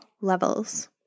levels